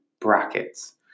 brackets